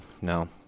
no